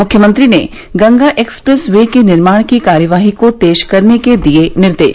मुख्यमंत्री ने Ganga express way के निर्माण की कार्रवाई को तेज करने के दिये निर्देश